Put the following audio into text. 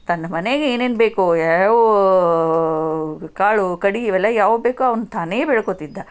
ತನ್ನ ಮನೆಗೆ ಏನೇನು ಬೇಕೋ ಯಾವ ಕಾಳು ಕಡಿ ಇವೆಲ್ಲ ಯಾವ ಬೇಕೋ ಅವನು ತಾನೇ ಬೆಳ್ಕೋತಿದ್ದ